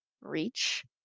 reach